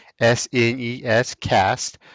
SNEScast